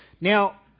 Now